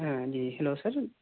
جی hello سر